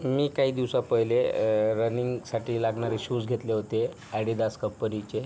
मी काही दिवसा पहिले रनिंगसाठी लागणारे शूज घेतले होते आडीदास कंपनीचे